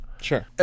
Sure